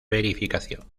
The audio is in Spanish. verificación